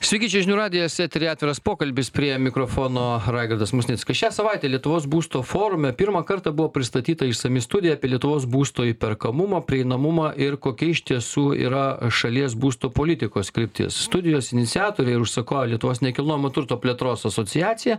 sveiki čia žinių radijas etery atviras pokalbis prie mikrofono raigardas musnickas šią savaitę lietuvos būsto forume pirmą kartą buvo pristatyta išsami studija apie lietuvos būsto įperkamumo prieinamumą ir kokia iš tiesų yra šalies būsto politikos kryptis studijos iniciatoriai ir užsakovai lietuvos nekilnojamo turto plėtros asociacija